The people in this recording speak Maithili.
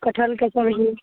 कटहलके सबजी